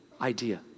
idea